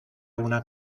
una